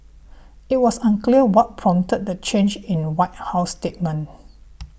it was unclear what prompted the change in White House statement